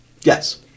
yes